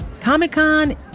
Comic-Con